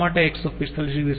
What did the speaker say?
શા માટે 145 oC